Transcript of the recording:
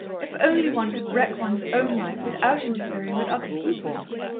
if only one could wreck one's own life without interfering with other people's!